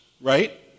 right